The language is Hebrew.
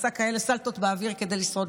שעושה כאלה סלטות באוויר כדי לשרוד,